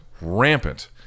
rampant